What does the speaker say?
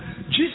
Jesus